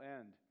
end